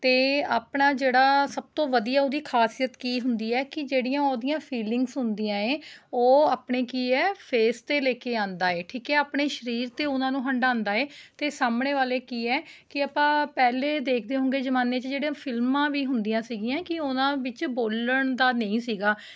ਅਤੇ ਆਪਣਾ ਜਿਹੜਾ ਸਭ ਤੋਂ ਵਧੀਆ ਉਹਦੀ ਖਾਸੀਅਤ ਕੀ ਹੁੰਦੀ ਹੈ ਕਿ ਜਿਹੜੀਆਂ ਉਹਦੀਆਂ ਫੀਲਿੰਗਜ਼ ਹੁੰਦੀਆਂ ਏ ਉਹ ਆਪਣੇ ਕੀ ਹੈ ਫੇਸ 'ਤੇ ਲੈ ਕੇ ਆਉਂਦਾ ਏ ਠੀਕ ਹੈ ਆਪਣੇ ਸਰੀਰ 'ਤੇ ਉਹਨਾਂ ਨੂੰ ਹੰਡਾਉਂਦਾ ਏ ਅਤੇ ਸਾਹਮਣੇ ਵਾਲੇ ਕੀ ਹੈ ਕਿ ਆਪਾਂ ਪਹਿਲੇ ਦੇਖਦੇ ਹੋਉਗੇ ਜ਼ਮਾਨੇ 'ਚ ਜਿਹੜੇ ਫਿਲਮਾਂ ਵੀ ਹੁੰਦੀਆਂ ਸੀਗੀਆਂ ਕਿ ਉਹਨਾਂ ਵਿੱਚ ਬੋਲਣ ਦਾ ਨਹੀਂ ਸੀਗਾ